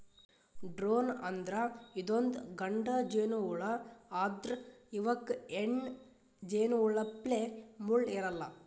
drone ಅಂದ್ರ ಇದೊಂದ್ ಗಂಡ ಜೇನಹುಳಾ ಆದ್ರ್ ಇವಕ್ಕ್ ಹೆಣ್ಣ್ ಜೇನಹುಳಪ್ಲೆ ಮುಳ್ಳ್ ಇರಲ್ಲಾ